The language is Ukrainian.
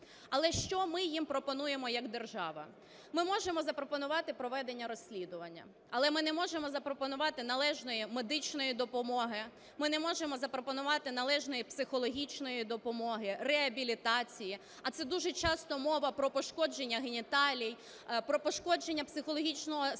Але що ми їм пропонуємо як держава? Ми можемо запропонувати проведення розслідування, але ми не можемо запропонувати належної медичної допомоги, ми не можемо запропонувати належної психологічної допомоги, реабілітації, а це дуже часто мова про пошкодження геніталій, про пошкодження психологічного стану